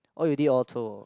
oh you did auto